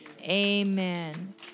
Amen